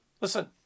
Listen